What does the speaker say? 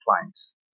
clients